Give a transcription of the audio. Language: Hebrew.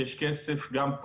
זה תלוי מאוד בתחום.